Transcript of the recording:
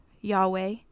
Yahweh